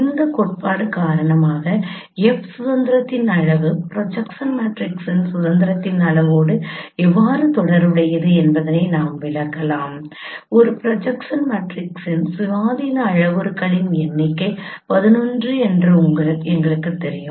இந்த கட்டுப்பாடு காரணமாக F சுதந்திரத்தின் அளவு ப்ரொஜெக்ஷன் மேட்ரிக்ஸின் சுதந்திரத்தின் அளவோடு எவ்வாறு தொடர்புடையது என்பதை நாம் விளக்கலாம் ஒரு ப்ரொஜெக்ஷன் மேட்ரிக்ஸின் சுயாதீன அளவுருக்களின் எண்ணிக்கை 11 என்று எங்களுக்குத் தெரியும்